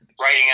writing